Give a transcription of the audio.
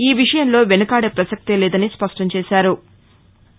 ఈ విషయంలో వెనుకాదే పసక్తే లేదని స్పష్టం చేశారు